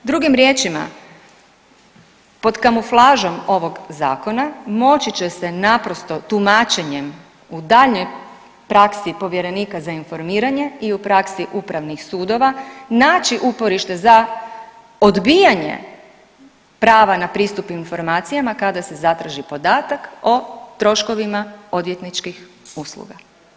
Drugim riječima pod kamuflažom ovog zakona moći će se naprosto tumačenjem u daljnjoj praksi povjerenika za informiranje i u praksi upravnih sudova naći uporište za odbijanje prava na pristup informacijama kada se zatraži podatak o troškovima odvjetničkih usluga.